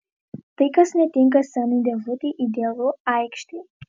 tai kas netinka scenai dėžutei idealu aikštei